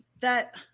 that